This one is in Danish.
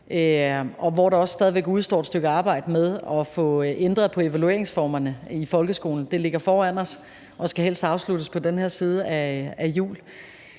og hvor der også stadig væk udestår et stykke arbejde med at få ændret på evalueringsformerne i folkeskolen – det ligger foran os og skal helst afsluttes på den her side af jul